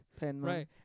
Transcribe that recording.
right